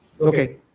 Okay